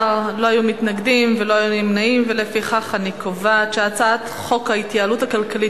ההצעה להעביר את הצעת חוק ההתייעלות הכלכלית